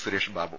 Sureshbabu